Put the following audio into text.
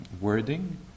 wording